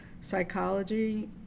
psychology